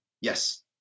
Yes